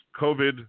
COVID